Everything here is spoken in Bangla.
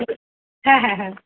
হ্যাঁ হ্যাঁ হ্যাঁ